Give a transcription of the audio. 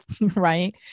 right